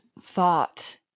thought